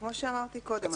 כמו שאמרתי קודם,